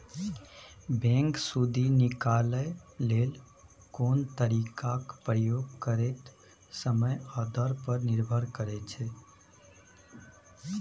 bank सुदि निकालय लेल कोन तरीकाक प्रयोग करतै समय आ दर पर निर्भर करै छै